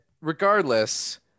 regardless